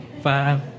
five